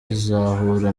izahura